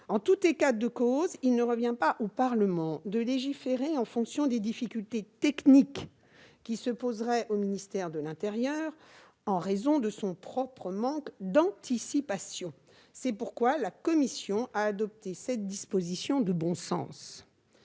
En tout état de cause, il ne revient pas au Parlement de légiférer en fonction des difficultés techniques qui se poseraient au ministère de l'intérieur en raison de son propre manque d'anticipation. C'est pourquoi la commission a adopté cette disposition de bon sens.